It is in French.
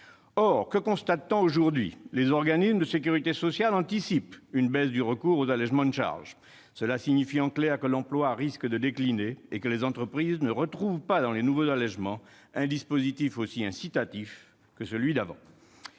Or que constate-t-on aujourd'hui ? Les organismes de sécurité sociale anticipent une baisse du recours aux allégements de charge. Cela signifie en clair que l'emploi risque de décliner et que les entreprises ne retrouvent pas dans les nouveaux allégements un dispositif aussi incitatif que le précédent.